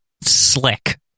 slick